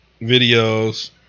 videos